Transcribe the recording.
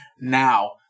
Now